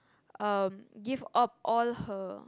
um give up all her